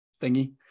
thingy